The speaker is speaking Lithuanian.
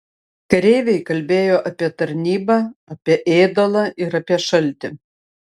kareiviai kalbėjo apie tarnybą apie ėdalą ir apie šaltį